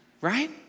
right